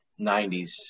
90s